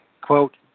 Quote